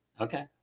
Okay